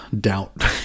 doubt